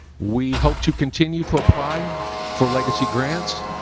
we hope to continue to apply for legacy grants